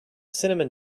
cinnamon